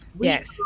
Yes